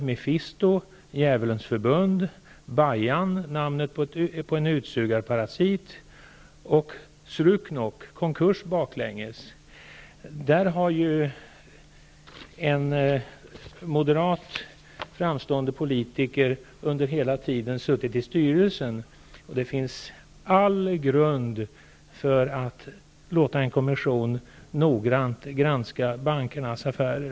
'Mefisto' , Där har en framstående moderat politiker hela tiden suttit i styrelsen. Det finns all grund för att låta en kommission noggrant granska bankernas affärer.